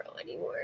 anymore